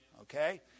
Okay